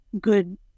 good